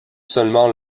seulement